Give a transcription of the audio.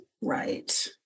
right